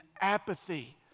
apathy